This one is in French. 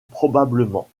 probablement